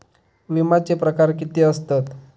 विमाचे प्रकार किती असतत?